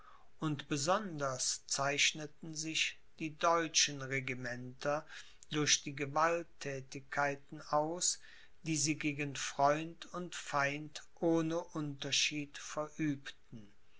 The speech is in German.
und besonders zeichneten sich die deutschen regimenter durch die gewaltthätigkeiten aus die sie gegen freund und feind ohne unterschied verübten